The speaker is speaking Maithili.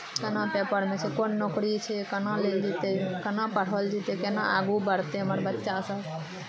केना पेपरमे छै कोन नौकरी छै केना लेल जेतै केना पढ़ल जेतै केना आगू बढ़तै हमर बच्चासभ